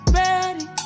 ready